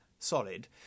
solid